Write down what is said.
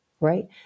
right